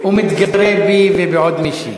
הוא מתגרה בי ובעוד מישהי.